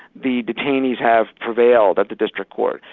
the detainees have prevailed at the district courts.